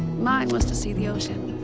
mine was to see the ocean.